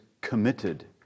committed